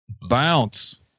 bounce